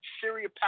Syria